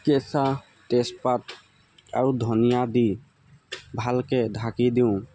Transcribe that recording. কেঁচা তেজপাত আৰু ধনিয়া দি ভালকৈ ঢাকি দিওঁ